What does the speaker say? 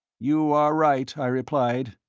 you are right, i replied,